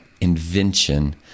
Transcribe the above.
invention